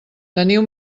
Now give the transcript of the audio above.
teniu